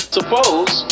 Suppose